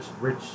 rich